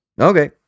okay